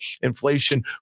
inflation